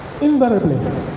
invariably